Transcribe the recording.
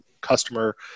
customer